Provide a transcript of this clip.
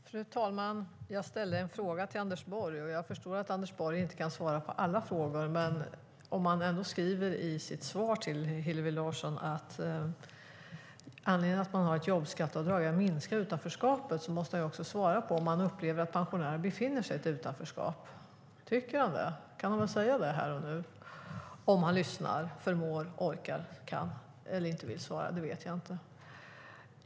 Fru talman! Jag ställde en fråga till Anders Borg. Jag förstår att Anders Borg inte kan svara på alla frågor, men om han i sitt svar till Hillevi Larsson säger att anledningen till att man har ett jobbskatteavdrag är att minska utanförskapet måste han också svara på om han upplever att pensionärer befinner sig i ett utanförskap. Tycker han det kan han väl säga det här och nu - om han lyssnar, förmår, orkar och kan. Han kanske inte vill svara; det vet jag inte.